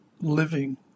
living